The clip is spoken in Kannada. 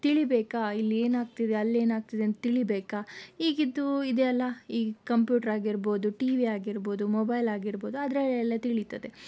ತಿಳಿಬೇಕಾ ಇಲ್ಲಿ ಏನಾಗ್ತಿದೆ ಅಲ್ಲೇನಾಗ್ತಿದೆ ಅಂತ ತಿಳಿಬೇಕಾ ಈಗಿದ್ದು ಇದೆ ಅಲ್ಲ ಈ ಕಂಪ್ಯೂಟರ್ ಆಗಿರಬಹುದು ಟಿವಿ ಆಗಿರಬಹುದು ಮೊಬೈಲ್ ಆಗಿರಬಹುದು ಅದರಲ್ಲೆಲ್ಲ ತಿಳೀತದೆ